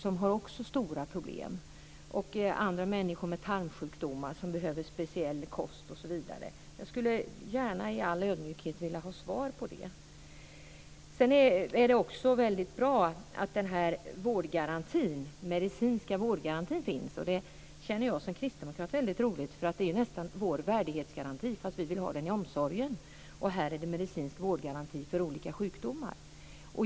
De har också stora problem. Ett annat exempel är människor med tarmsjukdomar som behöver speciell kost. Jag skulle gärna i all ödmjukhet vilja ha svar på det. Det är också bra att den medicinska vårdgarantin finns. Det tycker jag som kristdemokrat är väldigt roligt. Det är nästan vår värdighetsgaranti, fast vi vill ha den i omsorgen. Här är det medicinsk vårdgaranti för olika sjukdomar.